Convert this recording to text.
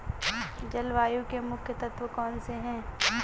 जलवायु के मुख्य तत्व कौनसे हैं?